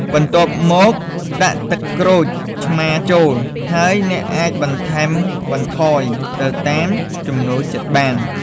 បន្ទាប់មកដាក់ទឹកក្រូចឆ្មាចូល ហើយអ្នកអាចបន្ថែមបន្ថយទៅតាមចំណូលចិត្តបាន។